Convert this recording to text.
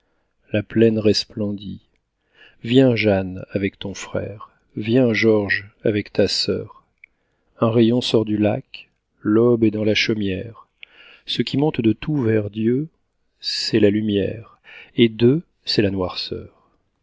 la plaine resplendit viens jeanne avec ton frère viens george avec ta sœur un rayon sort du lac l'aube est dans la chaumière ce qui monte de tout vers dieu c'est la lumière et d'eux c'est la noirceur